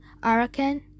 Arakan